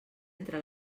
entre